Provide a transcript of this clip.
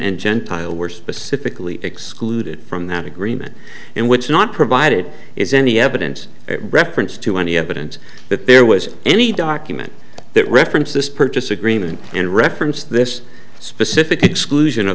and gentile were specifically excluded from that agreement and which not provided is any evidence reference to any evidence that there was any document that referenced this purchase agreement and referenced this specific exclusion of